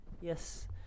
Yes